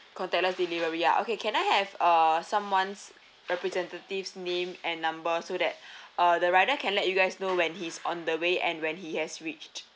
contactless delivery ya okay can I have uh someone's representative's name and number so that uh the rider can let you guys know when he's on the way and when he has reached